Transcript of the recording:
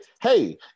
hey